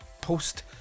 post